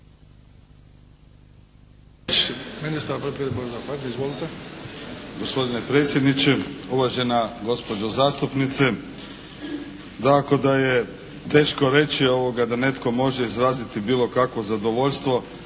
Gospodine predsjedniče, uvažena gospođo zastupnice. Dakako da je teško reći da netko može izraziti bilo kakvo zadovoljstvo